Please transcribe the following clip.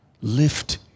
Lift